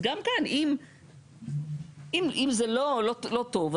אז גם כאן, אם זה לא, לא טוב,